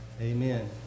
amen